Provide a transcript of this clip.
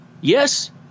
Yes